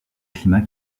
climat